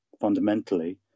fundamentally